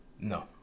No